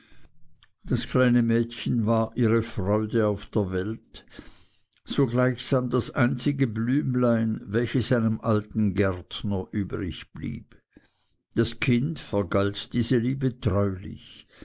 das kleine mädchen war ihre freude auf der welt so gleichsam das einzige blümlein welches einem alten gärtner übrig blieb das kind vergalt diese liebe treulich